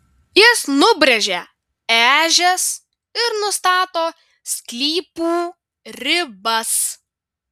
jis nubrėžia ežias ir nustato sklypų ribas